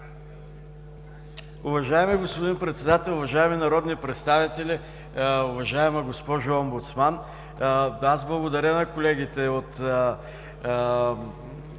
Уважаеми господин Председател, уважаеми народни представители, уважаема госпожо Омбудсман! Аз благодаря на колегите от